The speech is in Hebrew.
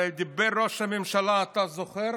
הרי דיבר ראש הממשלה, אתה זוכר?